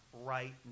right